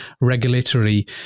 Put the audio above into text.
regulatory